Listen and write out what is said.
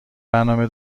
برنامه